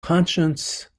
conscience